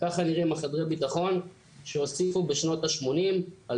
ככה נראים חדרי הביטחון שהוסיפו בשנות ה-80 על